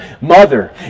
Mother